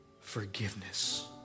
forgiveness